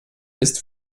ist